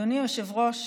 אדוני היושב-ראש,